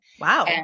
Wow